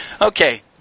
Okay